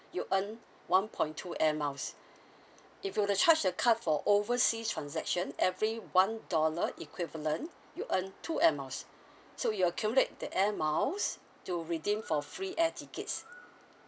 you'll earn one point two airmiles if you were to charge the card for overseas transaction every one dollar equivalent you earn two airmiles so you accumulate the airmiles to redeem for free air tickets